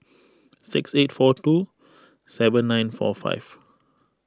six eight four two seven nine four five